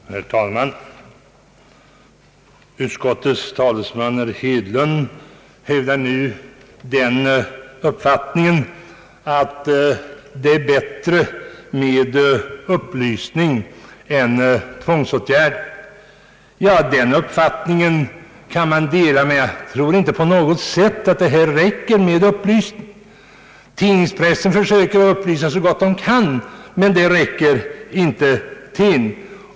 Herr talman! Utskottets talesman, herr Hedlund, hävdar nu den uppfattningen att det är bättre med upplysning än med tvångsåtgärder, Den uppfattningen kan man dela, men jag tror inte på något sätt att det räcker med upplysning här. Tidningspressen försöker upplysa så gott den kan, men det räcker inte till.